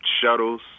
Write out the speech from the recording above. shuttles